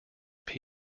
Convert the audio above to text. phd